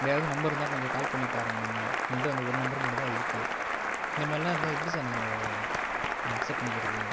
எதாவது நம்பர் இருந்தால் கொஞ்சம் கால் பண்ணி பாருங்க நீங்கள் எங்கள்ட்ட அந்த ஒரு நம்பர் மட்டும் தான் இருக்குது இந்த மாதிரி எல்லாம் இருந்தால் எப்படி சார் நாங்கள் அக்சப்ட் பண்ணிக்கிறது